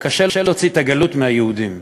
קשה להוציא את הגלות מהיהודים,